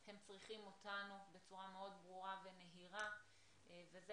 הם צריכים אותנו בצורה מאוד ברורה ונהירה וזה